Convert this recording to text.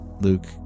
Luke